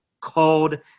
called